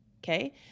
Okay